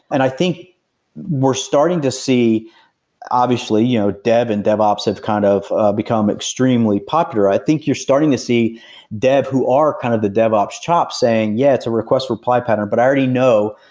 and i think we're starting to see obviously you know dev and devops have kind of ah become extremely popular. i think you're starting to see dev who are kind of the devops chop saying, yeah, it's a request reply pattern. but i already know,